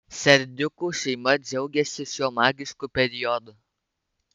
serdiukų šeima džiaugiasi šiuo magišku periodu